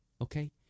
Okay